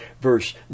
verse